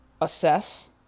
assess